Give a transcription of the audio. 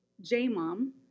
J-mom